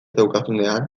daukazunean